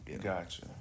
Gotcha